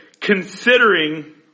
considering